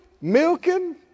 milking